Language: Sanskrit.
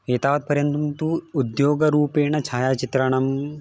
एतावत्पर्यन्तं तु उद्योगरूपेण छायाचित्रणं